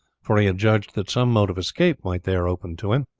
for he had judged that some mode of escape might there open to him.